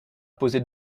poser